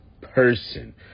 person